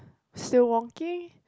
still wonky